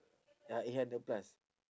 ya eight hundred plus